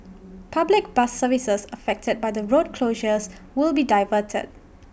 public bus services affected by the road closures will be diverted